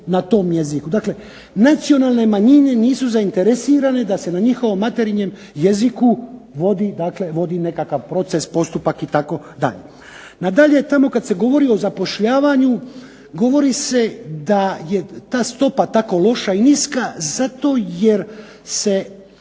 na tom jeziku. Dakle, nacionalne manjine nisu zaintresirane da se na njihovom materinjem jeziku vodi, dakle vodi nekakav proces, postupak itd. Nadalje, tamo kad se govori o zapošljavanju govori se da je ta stopa tako loša i niska zato jer se